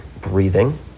Breathing